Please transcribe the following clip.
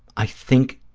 i think,